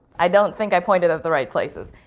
i don't think i pointed at the right places.